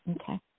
okay